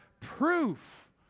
proof